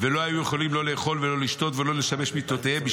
ולא היו יכולין לא לאכול ולא לשתות ולא לשמש מטותיהם,